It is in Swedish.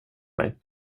mig